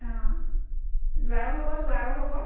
অঁ যোৱাও হ'ব চোৱাও হ'ব